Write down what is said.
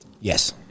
Yes